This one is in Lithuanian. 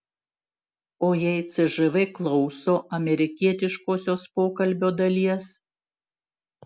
o jei cžv klauso amerikietiškosios pokalbio dalies